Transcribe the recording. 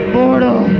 mortal